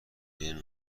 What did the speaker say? بین